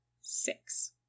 six